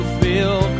feel